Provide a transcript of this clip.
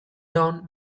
down